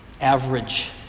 Average